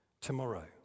tomorrow